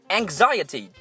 anxiety